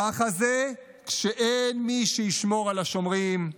ככה זה כשאין מי שישמור על השומרים,